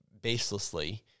baselessly